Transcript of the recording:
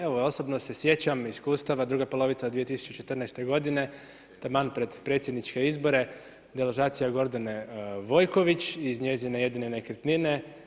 Evo osobno se sjećam iskustava, druga polovica 2014. godine taman pred predsjedničke izbore, deložacija Gordane Vojković iz njezine jedine nekretnine.